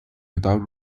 without